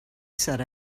said